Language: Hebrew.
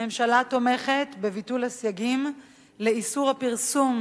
הממשלה תומכת בביטול הסייגים לאיסור הפרסום